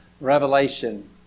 Revelation